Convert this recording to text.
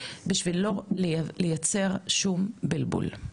בשביל לא לייצר שום בלבול.